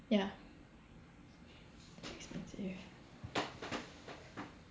ya expensive